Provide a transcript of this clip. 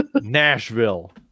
Nashville